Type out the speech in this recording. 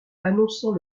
annonçant